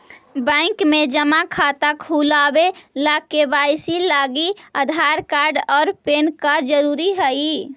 bank में जमा खाता खुलावे ला के.वाइ.सी लागी आधार कार्ड और पैन कार्ड ज़रूरी हई